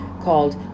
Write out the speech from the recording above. called